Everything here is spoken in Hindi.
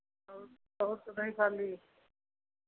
और तो नहीं खाली है